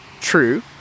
true